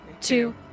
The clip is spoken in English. two